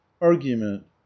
Argument